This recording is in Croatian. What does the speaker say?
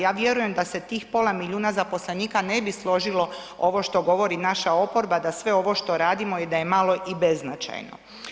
Ja vjerujem da se tih pola milijuna zaposlenika ne bi složilo ovo što govori naša oporba da sve ovo što radimo i da je malo i beznačajno.